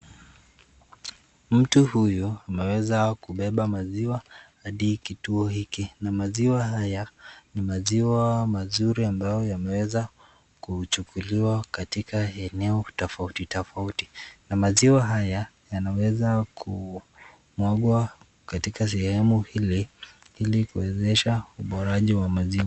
Mtu huyu ameweza kubeba mziwa hadi kituo hiki na maziwa haya ni maziwa mazuri ambayo yameweza kuchukuliwa katika eneo tofautitofauti na maziwa haya yanaweza kumwagwa katika sehemu hili ili kuwezesha uboraji wa maziwa.